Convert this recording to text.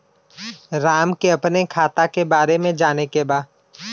राम के अपने खाता के बारे मे जाने के बा?